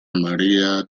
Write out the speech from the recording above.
maria